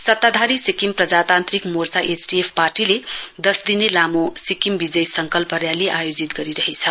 सत्ताधारी सिक्किम प्रजातान्त्रिक मोर्चा एसडीएफ पार्टीले दस दिने लामो सिक्किम विजय संकल्प याली आयोजित गरिरहेछ